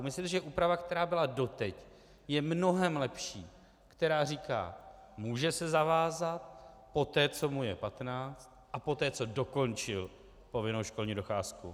Myslím si, že úprava, která byla doteď, je mnohem lepší, která říká, může se zavázat, poté co mu je patnáct a poté co dokončil povinnou školní docházku.